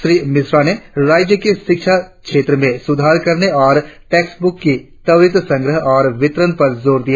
श्री मिश्रा ने राज्य के शिक्षा क्षेत्र में सुधार करने और टेक्सटबुक्स के त्वरित संग्रह और वितरण पर जोर दिया